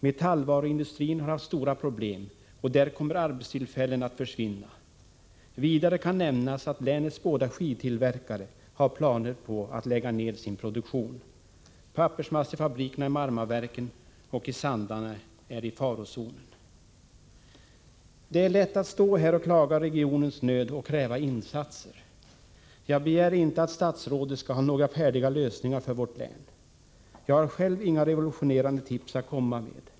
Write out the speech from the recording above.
Metallvaruindustrin har haft stora problem, och där kommer arbetstillfällen att försvinna. Vidare kan nämnas att länets båda skidtillverkare har planer på att lägga ned sin produktion. Pappersmassefabrikerna i Marmaverken och i Sandarne är i farozonen. Det är lätt att stå här och klaga regionens nöd och kräva insatser. Jag begär inte att statsrådet skall ha några färdiga lösningar för vårt län. Jag har själv inga revolutionerande tips att komma med.